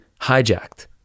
hijacked